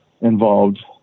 involved